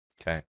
okay